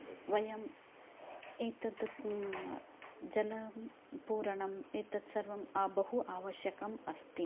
वयम् एतद् जलं पूरणम् एतद् सर्वं बहु आवश्यकम् अस्ति